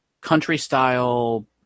country-style